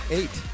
eight